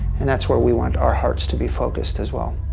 and that's where we want our hearts to be focused as well.